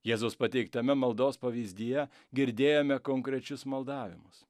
jėzaus pateiktame maldos pavyzdyje girdėjome konkrečius maldavimus